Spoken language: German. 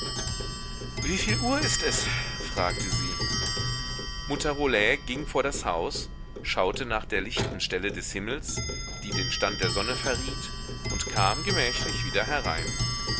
wieviel uhr ist es fragte sie mutter rollet ging vor das haus schaute nach der lichten stelle des himmels die den stand der sonne verriet und kam gemächlich wieder herein